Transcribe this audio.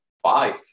fight